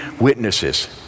witnesses